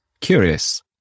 curious